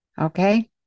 Okay